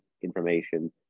information